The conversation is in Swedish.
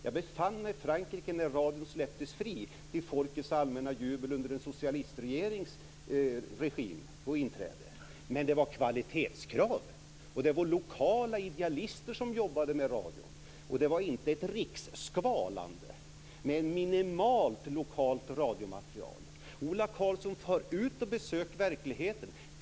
Jag befann mig i Frankrike när radion släpptes fri till folkets allmänna jubel under en socialistregerings regim och inträde. Men det var kvalitetskrav. Det var lokala idealister som jobbade med radion. Det var inte ett riksskvalande med minimalt lokalt radiomaterial. Far ut och besök verkligheten, Ola Karlsson!